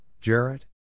Jarrett